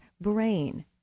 brain